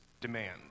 demand